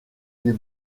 des